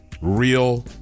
real